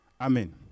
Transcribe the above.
Amen